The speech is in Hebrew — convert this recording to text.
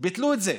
ביטלו את זה.